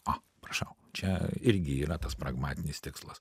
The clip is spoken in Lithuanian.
o prašau čia irgi yra tas pragmatinis tikslas